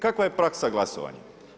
Kakva je praksa glasovanja?